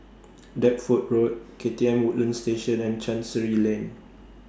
Deptford Road K T M Woodlands Station and Chancery Lane